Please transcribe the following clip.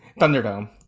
Thunderdome